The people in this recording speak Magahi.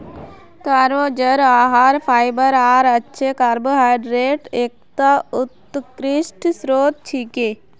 तारो जड़ आहार फाइबर आर अच्छे कार्बोहाइड्रेटक एकता उत्कृष्ट स्रोत छिके